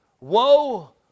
Woe